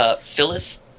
Phyllis